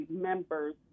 members